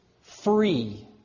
Free